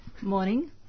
Morning